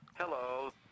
Hello